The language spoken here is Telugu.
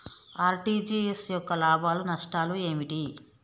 ఆర్.టి.జి.ఎస్ యొక్క లాభాలు నష్టాలు ఏమిటి?